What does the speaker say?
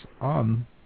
on